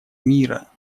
мира